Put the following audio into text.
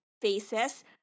faces